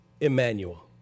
Emmanuel